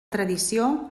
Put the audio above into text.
tradició